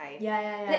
ya ya ya